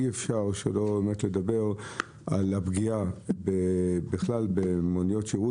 אי אפשר שלא באמת לדבר על הפגיעה בכלל במוניות שירות,